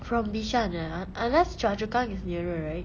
from bishan ah unless choa chu kang is nearer right